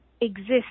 exists